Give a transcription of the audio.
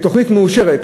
בתוכנית מאושרת,